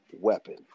weapon